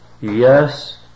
Yes